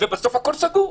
ובסוף הכול סגור,